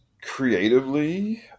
creatively